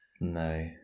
No